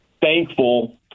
thankful